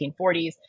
1940s